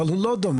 אבל הוא לא דומה,